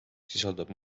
sisaldab